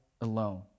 alone